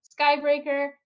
Skybreaker